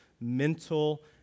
mental